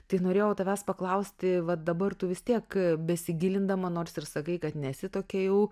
tai norėjau tavęs paklausti va dabar tu vis tiek besigilindama nors ir sakai kad nesi tokia jau